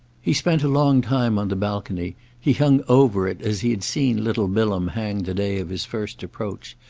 he spent a long time on the balcony he hung over it as he had seen little bilham hang the day of his first approach,